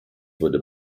wurde